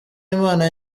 imana